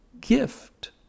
gift